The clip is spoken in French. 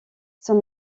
son